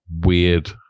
Weird